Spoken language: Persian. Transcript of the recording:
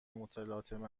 متلاطم